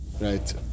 right